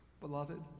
Beloved